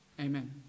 Amen